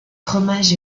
fromage